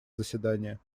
заседания